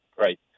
Right